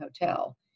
Hotel